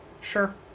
Sure